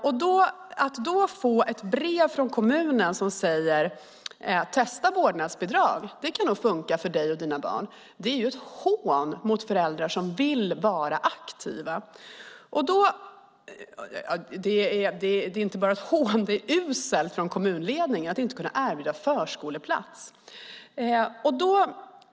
Men de får ett brev från kommunen där det står: Testa vårdnadsbidraget! Det kan nog fungera för dig och dina barn. Att få ett sådant brev är ett hån mot föräldrar som vill vara aktiva. Ja, det är inte bara ett hån. Det är också uselt av kommunledningen att inte kunna erbjuda förskoleplats.